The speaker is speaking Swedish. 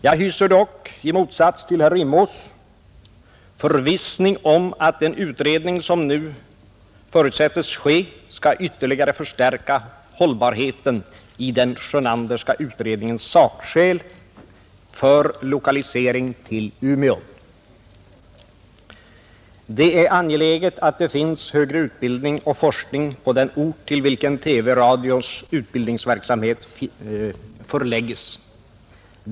Jag hyser dock, i motsats till herr Rimås, förvissning om att den utredning som nu förutsättes ske skall ytterligare förstärka hållbarheten i den Sjönanderska utredningens sakskäl för lokalisering till Umeå. Det är angeläget att det finns högre utbildning och forskning på den ort till vilken TV-Radios utbildningsverksamhet förläggs.